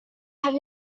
have